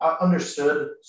understood